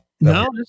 No